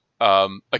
Again